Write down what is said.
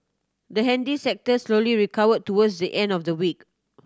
the handy sector slowly recovered towards the end of the week